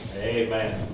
Amen